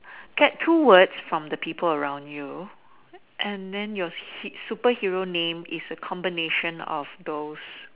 get two words from the people around you and then your sup~ superhero name is a combination of those